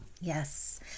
Yes